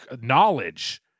knowledge